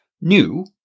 new